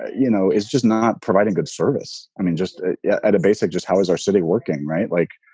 you know, is just not providing good service. i mean, just at a basic just how is our city working? right. like,